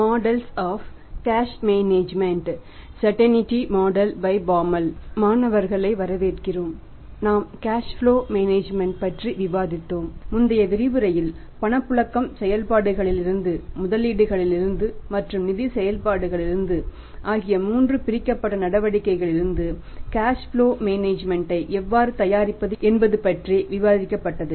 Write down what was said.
மாணவர்களை வரவேற்கிறேன் நாம் கேஷ் ப்லோ மேனேஜ்மென்ட் யை எவ்வாறு தயாரிப்பது என்பது பற்றி விவாதிக்கப்பட்டது